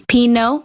Pino